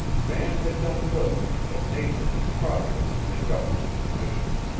man had done little, but nature was prodigal to make up for his omissions.